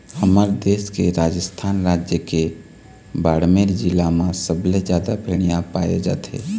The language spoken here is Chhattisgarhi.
हमर देश के राजस्थान राज के बाड़मेर जिला म सबले जादा भेड़िया पाए जाथे